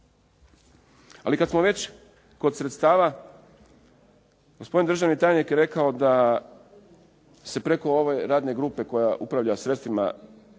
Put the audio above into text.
Ali kad smo već kod sredstava gospodin državni tajnik je rekao da se preko ove radne grupe koja upravlja sredstvima